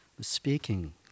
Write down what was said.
speaking